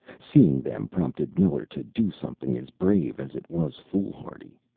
seeing them prompted miller to do something as brave as it was foolhardy.